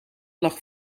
lag